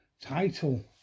title